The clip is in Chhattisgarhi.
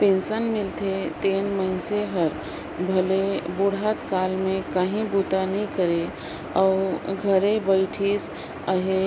पेंसन मिलथे तेन मइनसे हर भले बुढ़त काल में काहीं बूता नी करे अउ घरे बइठिस अहे